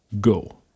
Go